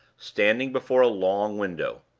standing before a long window.